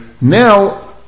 now